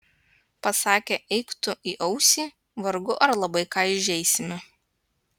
pasakę eik tu į ausį vargu ar labai ką įžeisime